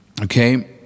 Okay